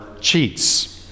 cheats